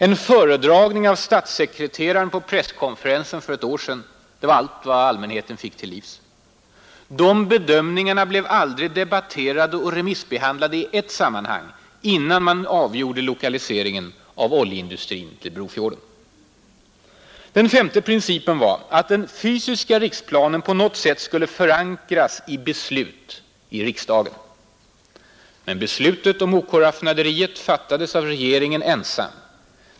En föredragning av statssekreteraren på presskonferensen för ett år sedan var vad allmänheten fick till livs. De bedömningarna blev aldrig debatterade och remissbehandlade i ett sammanhang, innan man avgjorde lokaliseringen av oljeindustrin till Brofjorden. 5) Den femte principen var att den fysiska riksplanen på något sätt skulle förankras i beslut i riksdagen. Men beslutet om OK-raffinaderiet fattades av regeringen ensam.